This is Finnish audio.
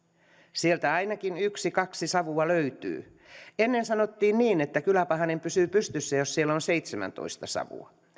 sieltä ainakin yksi kaksi savua löytyy ennen sanottiin että kyläpahanen pysyy pystyssä jos siellä on seitsemäntoista savua